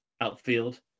outfield